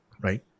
right